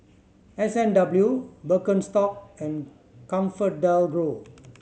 S and W Birkenstock and ComfortDelGro